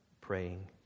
praying